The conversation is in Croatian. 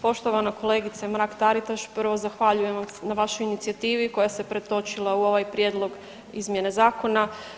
Poštovana kolegice Mrak Taritaš prvo zahvaljujem na vašoj inicijativi koja se pretočila u ovoj prijedlog izmjene zakona.